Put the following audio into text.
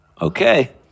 Okay